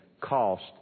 cost